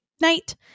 night